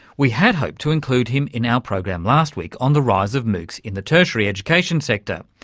we had hoped to include him in our program last week on the rise of moocs in the tertiary education sector,